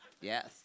Yes